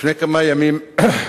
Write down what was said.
הפקיעו 100% האדמות.